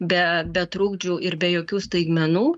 be be trukdžių ir be jokių staigmenų